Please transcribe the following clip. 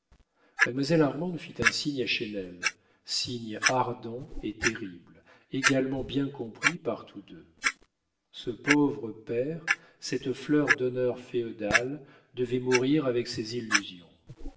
mademoiselle armande fit un signe à chesnel signe ardent et terrible également bien compris par tous deux ce pauvre père cette fleur d'honneur féodal devait mourir avec ses illusions